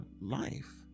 life